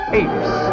apes